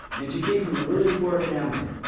and she came from a really poor family.